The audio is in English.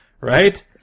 right